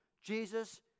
Jesus